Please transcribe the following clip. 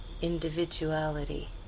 individuality